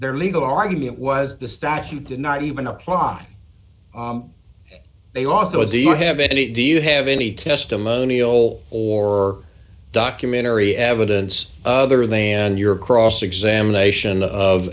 their legal argument was the statute did not even apply they also do you have it do you have any testimonial or documentary evidence other than your cross examination of